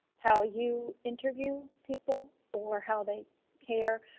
how you interview people or how they care.